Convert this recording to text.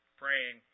praying